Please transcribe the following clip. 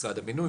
משרד הבינוי,